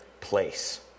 place